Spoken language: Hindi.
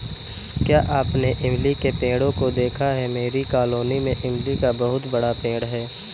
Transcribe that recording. क्या आपने इमली के पेड़ों को देखा है मेरी कॉलोनी में इमली का बहुत बड़ा पेड़ है